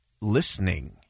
listening